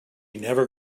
never